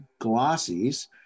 glossies